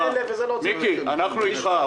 אנחנו איתך,